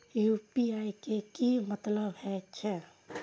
UPI के की मतलब हे छे?